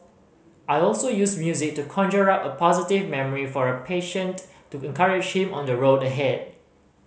I also use music to conjure up a positive memory for a patient to encourage him on the road ahead